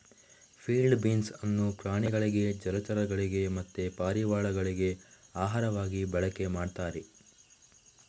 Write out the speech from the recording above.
field beans ಅನ್ನು ಪ್ರಾಣಿಗಳಿಗೆ ಜಲಚರಗಳಿಗೆ ಮತ್ತೆ ಪಾರಿವಾಳಗಳಿಗೆ ಆಹಾರವಾಗಿ ಬಳಕೆ ಮಾಡ್ತಾರೆ